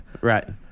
Right